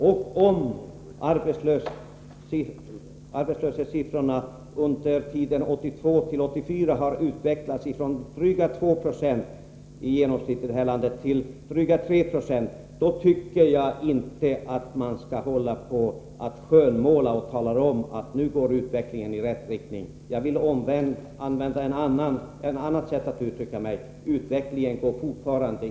Om genomsnittssiffrorna för arbetslösheten i vårt land under tiden 1982-1984 har utvecklats från drygt 2 90 till drygt 3 96, tycker jag inte att man skall skönmåla genom att säga att utvecklingen nu går i rätt riktning. Jag vill tvärtom hävda att utvecklingen fortfarande går i felaktig riktning.